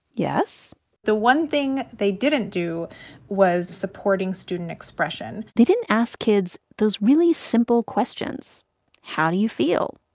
yes the one thing they didn't do was supporting student expression they didn't ask kids those really simple questions how do you feel,